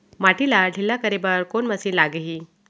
माटी ला ढिल्ला करे बर कोन मशीन लागही?